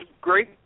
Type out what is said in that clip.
great